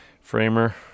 framer